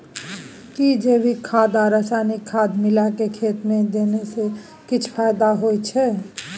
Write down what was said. कि जैविक खाद आ रसायनिक खाद मिलाके खेत मे देने से किछ फायदा होय छै?